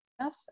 enough